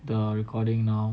the recording now